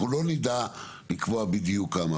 אנחנו לא נדע לקבוע בדיוק כמה.